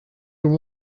your